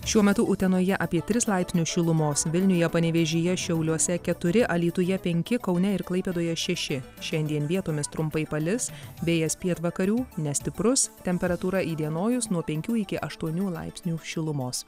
šiuo metu utenoje apie tris laipsnius šilumos vilniuje panevėžyje šiauliuose keturi alytuje penki kaune ir klaipėdoje šeši šiandien vietomis trumpai palis vėjas pietvakarių nestiprus temperatūra įdienojus nuo penkių iki aštuonių laipsnių šilumos